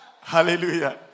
Hallelujah